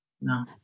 No